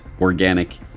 organic